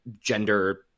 gender